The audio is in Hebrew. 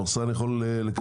המחסן יכול לקבל.